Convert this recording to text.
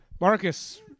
Marcus